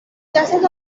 جسد